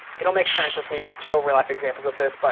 it'll make sense as we show real life examples of this. but